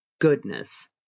goodness